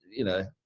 you know,